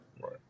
right